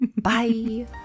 Bye